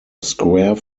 square